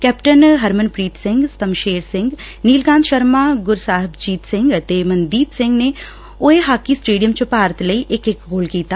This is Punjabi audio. ਕੈਪਟਨ ਹਰਮਨਪ੍ਰੀਤ ਸਿੰਘ ਸਸਸੇਰ ਸਿੰਘ ਨਿਲਕਾਂਤ ਸਰਮਾ ਗੁਰਸਾਹਿਬਜੀਤ ਸਿੰਘ ਅਤੇ ਮਨਦੀਪ ਸਿੰਘ ਨੇ ਉਏ ਹਾਈ ਸਟੇਡੀਅਮ ਚ ਭਾਰਤ ਲਈ ਇਕ ਇਕ ਗੋਲ ਕੀਤਾ